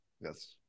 Yes